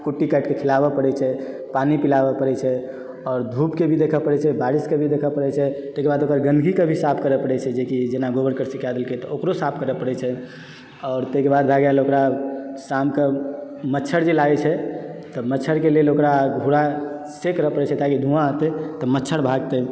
कुट्टी काटिके खिलाबय पड़ैत छै पानी पिलाबय पड़ैत छै आओर धूपके भी देखय पड़ैत छै बारिशके भी देखय पड़ैत छै ताहिके बाद ओकर गन्दगीके भी साफ करय पड़ैत छै जेकि जेना गोबर कए देलकय तऽ ओकरो साफ करय पड़ैत छै और ताहिके बाद भए गेल ओकरा शामके मच्छड़ जे लागय छै तब मच्छड़के लेल ओकरा घूरासे करय पड़ैत छै ताकि धुआँ हेतय तऽ मच्छड़ भागतय